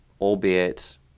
albeit